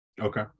Okay